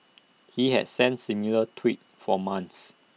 he had sent similar tweets for months